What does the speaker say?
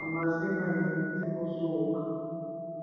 amazina yanditseho zuba.